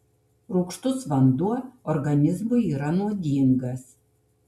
rūgštus vanduo organizmui yra nuodingas